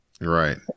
Right